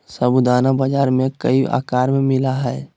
साबूदाना बाजार में कई आकार में मिला हइ